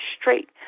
straight